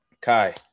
Kai